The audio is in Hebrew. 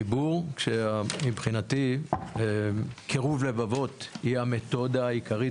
חיבור, כשמבחינתי קירוב לבבות היא המתודה העיקרית.